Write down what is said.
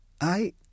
I